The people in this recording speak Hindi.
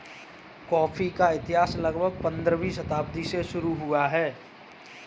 कॉफी का इतिहास लगभग पंद्रहवीं शताब्दी से शुरू हुआ है